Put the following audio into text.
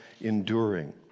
enduring